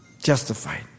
Justified